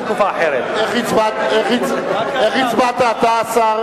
איך הצבעת אתה?